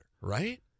Right